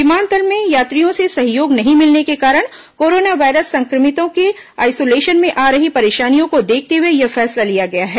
विमानतल में यात्रियों से सहयोग नहीं मिलने के कारण कोरोना वायरस संक्रमितों के आइसोलेशन में आ रही परेशानियों को देखते हुए यह फैसला लिया गया है